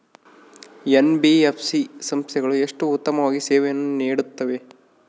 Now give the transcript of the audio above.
NBFC ಸಂಸ್ಥೆಗಳು ಎಷ್ಟು ಉತ್ತಮವಾಗಿ ಸೇವೆಯನ್ನು ನೇಡುತ್ತವೆ?